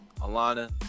Alana